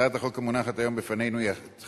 הצעת החוק המונחת היום בפנינו היא אחד